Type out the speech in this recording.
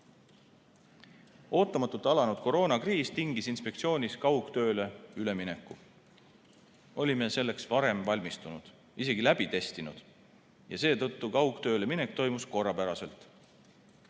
Ootamatult alanud koroonakriis tingis inspektsioonis kaugtööle ülemineku. Olime selleks varem valmistunud, isegi selle läbi testinud, ja seetõttu kaugtööle minek toimus korrapäraselt.